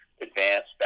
advanced